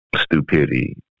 stupidity